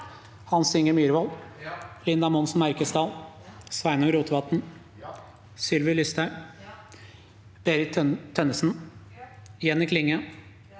Hans Inge Myrvold, Linda Monsen Merkesdal, Sveinung Rotevatn, Sylvi Listhaug, Berit Tønnesen, Jenny Klinge,